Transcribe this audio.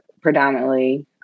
predominantly